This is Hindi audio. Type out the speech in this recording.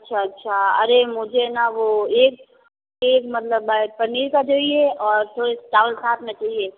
अच्छा अच्छा अरे मुझे न वो एक मतलब पनीर का चाहिए थोड़े चावल साथ में चहिए